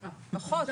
פחות,